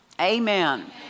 Amen